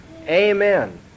Amen